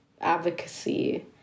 advocacy